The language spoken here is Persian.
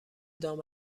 دام